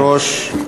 מכובדי היושב-ראש,